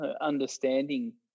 understanding